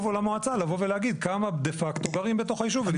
או למועצה לבוא ולהגיד כמה דה פקטו גרים בתוך היישוב.